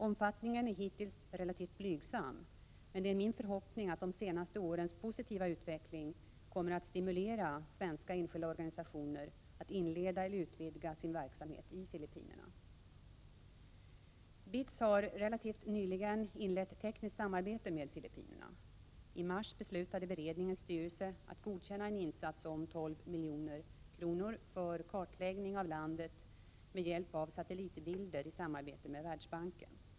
Omfattningen är hittills relativt blygsam, men det är min förhoppning att de senaste årens positiva utveckling kommer att stimulera svenska enskilda organisationer att inleda eller utvidga sin verksamhet i Filippinerna. BITS har relativt nyligen inlett tekniskt samarbete med Filippinerna. I mars beslutade beredningens styrelse att godkänna en insats om 12 milj.kr. för kartläggning av landet med hjälp av satellitbilder i samarbete med Världsbanken.